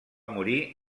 morir